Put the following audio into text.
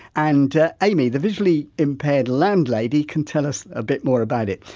and amy, the visually impaired landlady, can tell us a bit more about it.